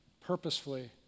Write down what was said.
purposefully